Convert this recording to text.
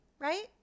right